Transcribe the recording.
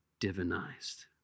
divinized